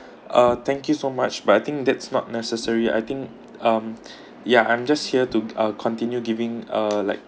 uh thank you so much but I think that's not necessary I think um yeah I'm just here to I'll continue giving uh like